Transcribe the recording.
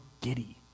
giddy